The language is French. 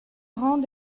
rang